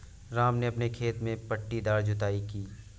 राम ने अपने खेत में पट्टीदार जुताई की